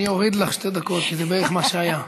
אני אוריד לך שתי דקות, זה בערך מה שהיה.